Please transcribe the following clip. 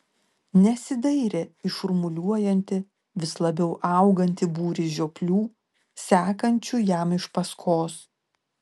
nesidairė į šurmuliuojantį vis labiau augantį būrį žioplių sekančių jam iš paskos